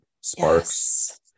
Sparks